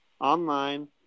online